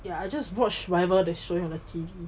ya I just watch whatever that is showing on the T_V